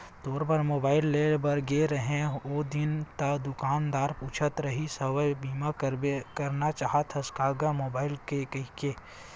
तोर बर मुबाइल लेय बर गे रेहें हव ओ दिन ता दुकानदार पूछत रिहिस हवय बीमा करना चाहथस का गा मुबाइल के कहिके